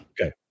Okay